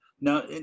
Now